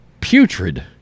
putrid